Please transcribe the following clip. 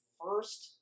first